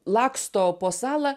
laksto po salą